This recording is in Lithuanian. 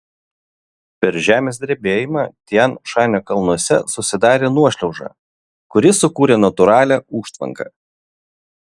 per žemės drebėjimą tian šanio kalnuose susidarė nuošliauža kuri sukūrė natūralią užtvanką